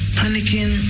panicking